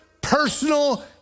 personal